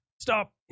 stop